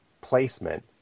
placement